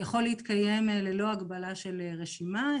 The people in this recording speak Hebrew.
להתקיים ללא הגבלה של רשימה.